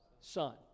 son